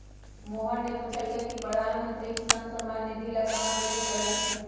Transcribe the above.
मोहन ने पूछल कई की प्रधानमंत्री किसान सम्मान निधि ला कहाँ आवेदन करे ला होतय?